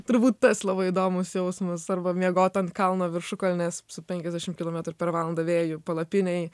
turbūt tas labai įdomus jausmus arba miegot ant kalno viršukalnės su penkiasdešimt kilometrų per valandą vėju palapinėj